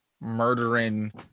murdering